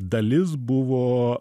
dalis buvo